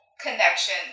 connection